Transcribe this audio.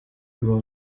über